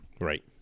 Right